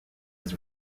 his